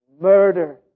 murder